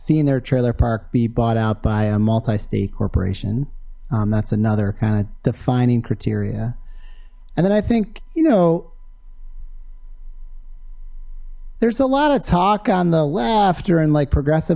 seeing their trailer park be bought out by a multi state corporation that's another kind of defining criteria and then i think you know there's a lot of talk on the laughter in like progressive